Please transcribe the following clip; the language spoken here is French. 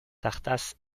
tartas